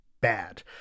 bad